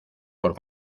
por